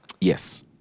Yes